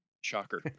shocker